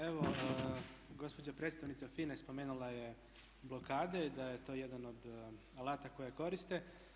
Evo gospođa predstavnica FINA-e spomenula je blokade, da je to jedan od alata koje koriste.